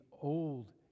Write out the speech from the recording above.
old